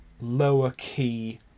lower-key